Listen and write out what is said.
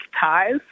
ties